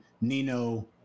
Nino